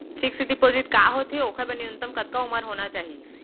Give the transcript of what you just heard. Fix deposit का होथे ओखर बर न्यूनतम कतका उमर होना चाहि?